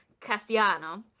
Cassiano